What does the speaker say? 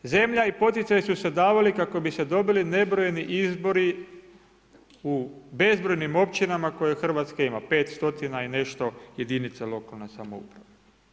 Zemlja i poticaji su se davali kako bi se dobili nebrojeni izbori u bezbrojnim općinama koje Hrvatska ima, 5 stotina i nešto jedinica lokalne samouprave.